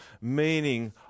meaning